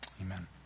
Amen